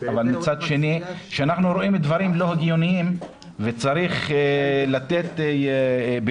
אבל מצד שני כשאנחנו רואים דברים לא הגיוניים וצריך לתת ביקורת,